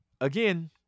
again